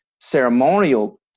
ceremonial